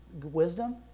wisdom